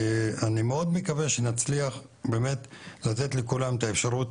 אני מאוד מקווה שנצליח באמת לתת לכולם את האפשרות